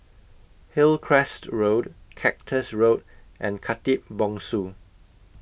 Hillcrest Road Cactus Road and Khatib Bongsu